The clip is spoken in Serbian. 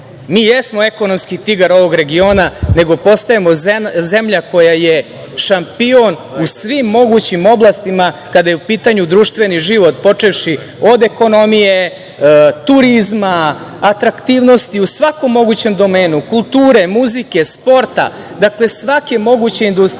jesmo ekonomski tigar ovog regiona, nego postajemo zemlja koja je šampion u svim mogućim oblastima kada je u pitanju društveni život, počevši od ekonomije, turizma, atraktivnosti u svakom mogućem domenu, kulture, muzike, sporta, dakle svake moguće industrije.